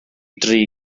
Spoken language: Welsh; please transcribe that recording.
dri